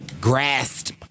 grasped